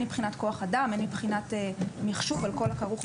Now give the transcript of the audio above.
מבחינת כוח אדם והן מבחינת מחשוב וכל הכרוך בכך.